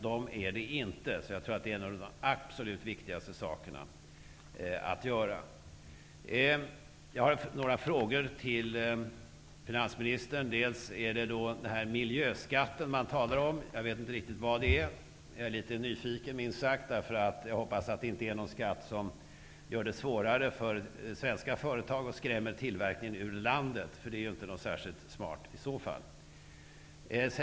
Jag tror därför att detta är en av de absolut viktigaste sakerna att tänka på. Jag har några frågor till finansministern. Man talar om en miljöskatt. Jag vet inte vad det är, och jag är därför litet nyfiken minst sagt. Jag hoppas att det inte är någon skatt som gör det svårare för svenska företag och skrämmer tillverkningen ur landet. Det vore inte särskilt smart.